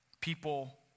People